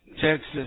Texas